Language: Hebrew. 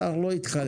השר לא התחלף.